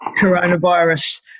coronavirus